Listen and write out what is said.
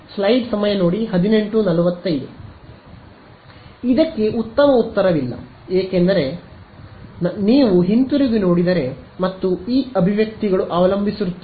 ಇದಕ್ಕೆ ಉತ್ತಮ ಉತ್ತರವಿಲ್ಲ ಏಕೆಂದರೆ ನೀವು ಹಿಂತಿರುಗಿ ನೋಡಿದರೆ ಮತ್ತು ಈ ಅಭಿವ್ಯಕ್ತಿಗಳು ಅವಲಂಬಿಸಿರುತ್ತದೆ